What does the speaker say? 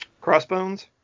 Crossbones